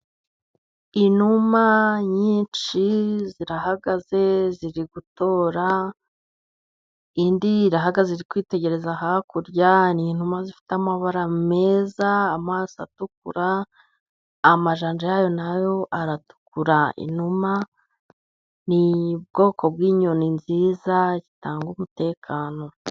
Inuma nyinshi zirahagaze ziri gutora, indi irahagaze iri kwitegereza hakurya, ni inuma zifite amabara meza, amaso atukura, amajanja ya yo na yo aratukura. Inuma ni ubwoko bw'inyoni nziza zitanga umutekano.